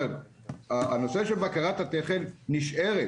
הנושא של בקרת התכן נשאר,